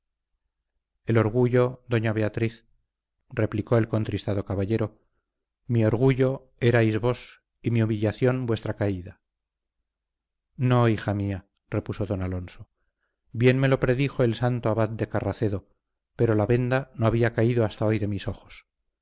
el orgullo doña beatriz replicó el contristado caballero mi orgullo erais vos y mi humillación vuestra caída no hija mía repuso don alonso bien me lo predijo el santo abad de carracedo pero la venda no había caído hasta hoy de mis ojos